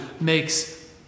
makes